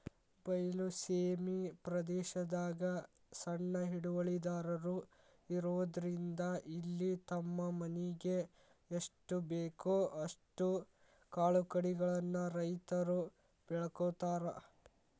ಬಯಲ ಸೇಮಿ ಪ್ರದೇಶದಾಗ ಸಣ್ಣ ಹಿಡುವಳಿದಾರರು ಇರೋದ್ರಿಂದ ಇಲ್ಲಿ ತಮ್ಮ ಮನಿಗೆ ಎಸ್ಟಬೇಕೋ ಅಷ್ಟ ಕಾಳುಕಡಿಗಳನ್ನ ರೈತರು ಬೆಳ್ಕೋತಾರ